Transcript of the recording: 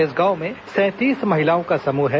इस गांव में सैंतीस महिलाओं का समूह हैं